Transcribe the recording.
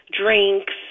drinks